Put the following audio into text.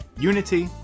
unity